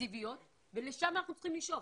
התקציביות ולשם אנחנו צריכים לשאוף.